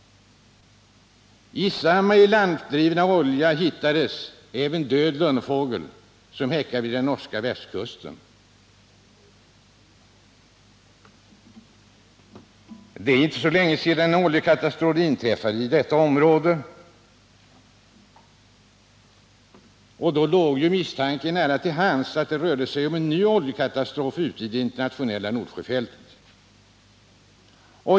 I samma ilanddrivna olja hittades även död lunnefågel, som häckar vid den norska västkusten. Det är inte så länge sedan en oljekatastrof inträffade i detta område. Därför låg misstanken nära till hands att det nu rörde sig om en ny oljekatastrof ute i det internationella Nordsjöfältet.